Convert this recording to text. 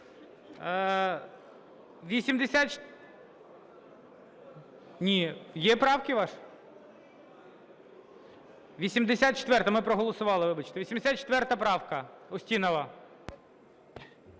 84-а правка, Устінова.